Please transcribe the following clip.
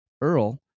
Earl